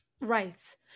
Right